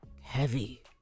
heavy